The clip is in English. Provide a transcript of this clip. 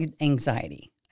anxiety